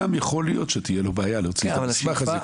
גם יכול להיות שתהיה לו בעיה להוציא את התדפיס הזה.